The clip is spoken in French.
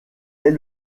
est